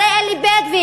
הרי אלה בדואים,